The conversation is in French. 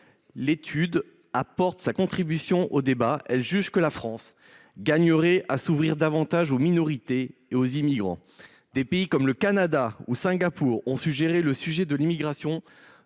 l’étude apporte sa contribution au débat : elle juge que la France gagnerait à s’ouvrir davantage aux minorités et aux immigrants. Des pays comme le Canada ou Singapour ont su gérer le sujet de l’immigration